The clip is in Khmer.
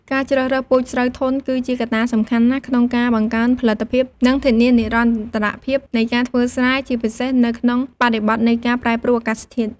ការជ្រើសរើសពូជស្រូវធន់ គឺជាកត្តាសំខាន់ណាស់ក្នុងការបង្កើនផលិតភាព និងធានានិរន្តរភាពនៃការធ្វើស្រែ ជាពិសេសនៅក្នុងបរិបទនៃការប្រែប្រួលអាកាសធាតុ។